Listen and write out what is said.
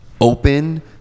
open